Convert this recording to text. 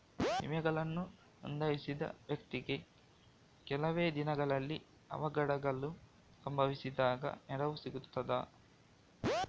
ವಿಮೆಯನ್ನು ನೋಂದಾಯಿಸಿದ ವ್ಯಕ್ತಿಗೆ ಕೆಲವೆ ದಿನಗಳಲ್ಲಿ ಅವಘಡಗಳು ಸಂಭವಿಸಿದಾಗ ನೆರವು ಸಿಗ್ತದ?